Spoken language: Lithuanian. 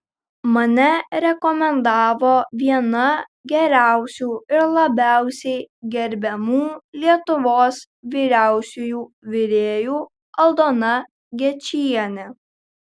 mane rekomendavo viena geriausių ir labiausiai gerbiamų lietuvos vyriausiųjų virėjų aldona gečienė